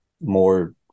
more